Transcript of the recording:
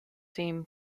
seem